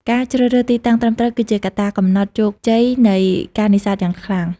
ការជ្រើសរើសទីតាំងត្រឹមត្រូវគឺជាកត្តាកំណត់ជោគជ័យនៃការនេសាទយ៉ាងខ្លាំង។